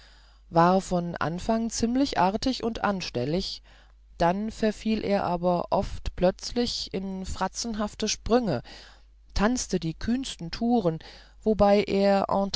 war von anfang ziemlich artig und anstellig dann verfiel er aber oft plötzlich in fratzenhafte sprünge tanzte die kühnsten touren wobei er